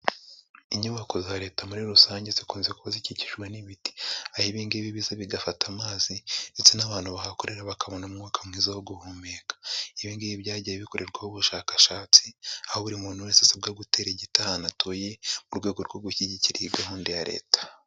inyubako za Leta muri rusange zikunze kuba zikikijwe n'ibiti, aho ibi ngibi biza bigafata amazi ndetse n'abantu bahakorera bakabona umwuka mwiza wo guhumeka, ibi ngibi byagiye bikorerwaho ubushakashatsi, aho buri muntu wese asabwa gutera igiti ahantu atuye mu rwego rwo gushyigikira iyi gahunda ya Leta.